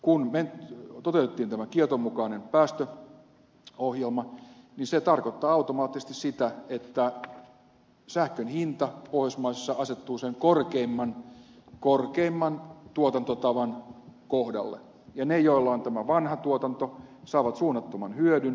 kun me toteutimme tämän kioton mukaisen päästöohjelman se tarkoittaa automaattisesti sitä että sähkönhinta pohjoismaissa asettuu sen korkeimman tuotantotavan kohdalle ja ne joilla on tämä vanha tuotanto saavat suunnattoman hyödyn